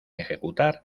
ejecutar